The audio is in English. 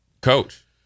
coach